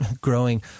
growing